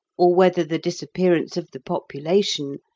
or whether the disappearance of the population,